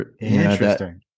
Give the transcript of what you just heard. Interesting